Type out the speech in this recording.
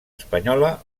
espanyola